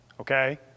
Okay